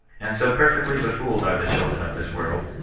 and so perfectly befooled are the children of this world,